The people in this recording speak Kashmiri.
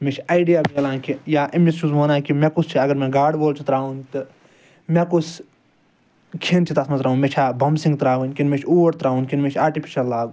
مےٚ چھ آیڈیا ملان کہ یا امس چھُس بہٕ ونان کہ مےٚ کُس چھ اگر مےٚ گاڈٕ وول چھُ تراوُن تہٕ مےٚ کُس کھیٚن چھُ تتھ مَنٛز تراوُن مےٚ چھَ بوٚمب سِنٛگ تراوٕنۍ کنہ مےٚ چھ اوٹ تراوُن کنہ مےٚ چھ آٹِفِشَل لاگُن